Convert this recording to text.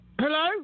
Hello